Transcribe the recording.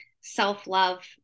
self-love